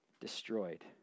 destroyed